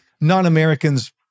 non-Americans